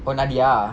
oh nadia